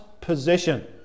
position